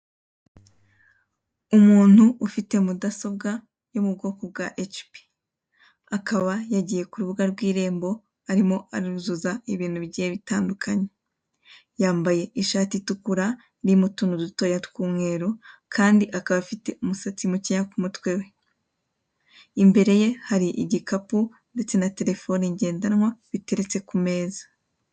Umuntu ufite mudasobwa yo mu bwoko bwa hecipi. Akaba yagiye ku rubuga rw'irembo arimo aruzuza ibintu bigiye bitandukanye. Yambaye ishati itukura irimo utuntu dutoya tw'umweru kandi akaba afite umusatsi mukeya ku mutwe we. Imbere ye hari igikapu ndetse na telefoni ngendanwa biteretse ku meza.